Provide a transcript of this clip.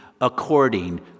according